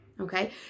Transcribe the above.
Okay